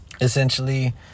essentially